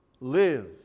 Live